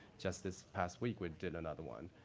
just this past week, we did another one,